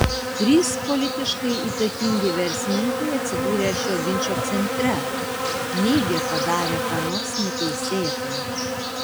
trys politiškai įtakingi verslininkai atsidūrę šio ginčo centre neigia padarę ką nors neteisėta